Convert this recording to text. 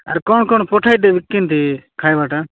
ଆର୍ କ'ଣ କ'ଣ ପଠେଇ ଦେବି କେମିତି ଖାଇବାଟା